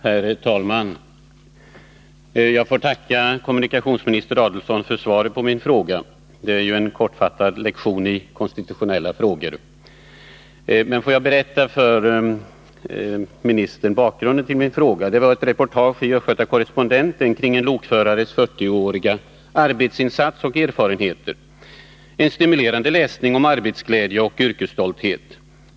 Herr talman! Jag får tacka kommunikationsminister Adelsohn för svaret på min fråga. Det är ju en kortfattad lektion i konstitutionella frågor. Låt mig för ministern berätta om bakgrunden till min fråga. Det var ett reportage i Östgöta Correspondenten kring en lokförares 40-åriga arbetsin sats och erfarenheter — en stimulerande läsning om arbetsglädje och yrkesstolthet.